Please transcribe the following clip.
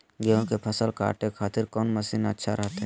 गेहूं के फसल काटे खातिर कौन मसीन अच्छा रहतय?